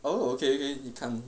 oh okay okay 你看